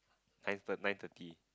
nine thir~ nine thirty